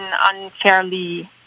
unfairly